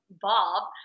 Bob